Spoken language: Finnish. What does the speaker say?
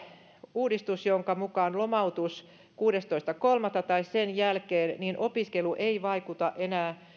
uudistus jonka mukaan jos on lomautettu kuudestoista kolmatta tai sen jälkeen opiskelu ei vaikuta enää